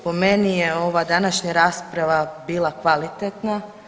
Po meni je ova današnja rasprava bila kvalitetna.